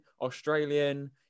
Australian